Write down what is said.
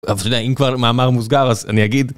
אבל אתה יודע, אם כבר מאמר מוסגר אז אני אגיד